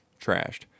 trashed